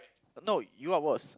no you are worse